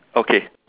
okay